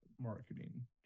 marketing